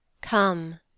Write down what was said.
Come